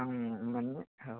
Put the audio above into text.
आं मोननो हागौ